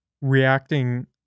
reacting